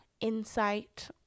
insight